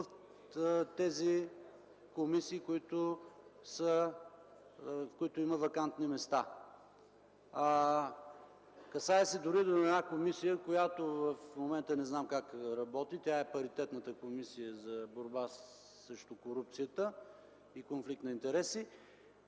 в тези комисии, в които има вакантни места. Касае се дори до една комисия, която не знам как работи в момента – това е паритетната Комисията за борба с корупция и конфликт на интереси